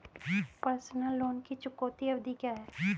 Personal loan की चुकौती अवधि क्या है?